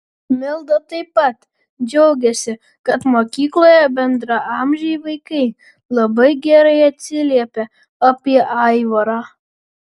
milda taip pat džiaugiasi kad mokykloje bendraamžiai vaikai labai gerai atsiliepia apie aivarą